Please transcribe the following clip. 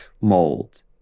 mold